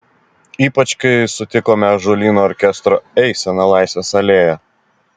ypač kai sutikome ąžuolyno orkestro eiseną laisvės alėja